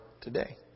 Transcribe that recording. today